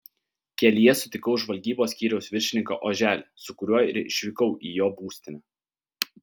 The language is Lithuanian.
kelyje sutikau žvalgybos skyriaus viršininką oželį su kuriuo ir išvykau į jo būstinę